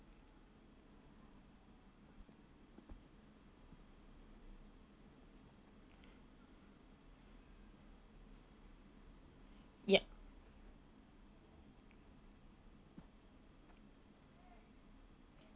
yup